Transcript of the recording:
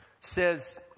says